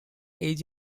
age